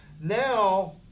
Now